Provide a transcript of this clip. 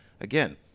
Again